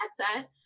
Headset